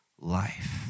life